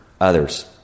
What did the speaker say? others